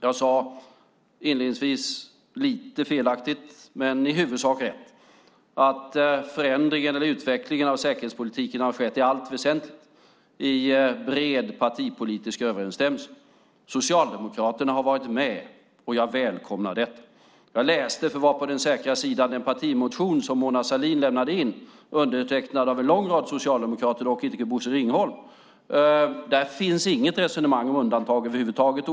Jag sade inledningsvis, lite felaktigt men i huvudsak rätt, att förändring eller utveckling av säkerhetspolitiken i allt väsentligt har skett i bred partipolitisk överensstämmelse. Socialdemokraterna har varit med, och jag välkomnar detta. Jag läste för att vara på den säkra sidan en partimotion som Mona Sahlin lämnade in. Den var undertecknad av en lång rad socialdemokrater, dock icke Bosse Ringholm. Där finns inget resonemang om undantag över huvud taget.